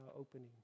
opening